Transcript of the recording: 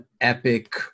epic